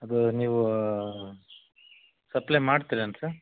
ಅದು ನೀವು ಸಪ್ಲೈ ಮಾಡ್ತಿರೇನು ಸರ್